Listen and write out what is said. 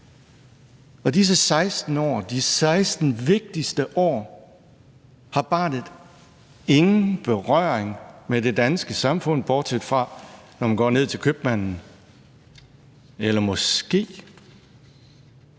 og disse 16 år – de 16 vigtigste år – har barnet ingen berøring med det danske samfund, bortset fra når man går ned til købmanden eller måske